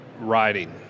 riding